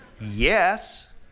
Yes